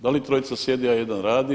Da li trojica sjede, a jedan radi?